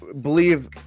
believe